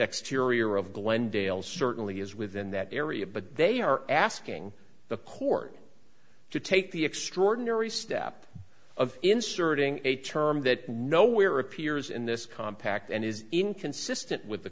exterior of glendale certainly is within that area but they are asking the court to take the extraordinary step of inserting a term that nowhere appears in this compact and is inconsistent with the